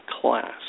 class